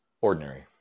Ordinary